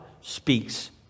speaks